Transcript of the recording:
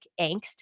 angst